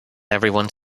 everyone